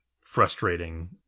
frustrating